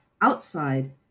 outside